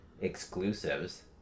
exclusives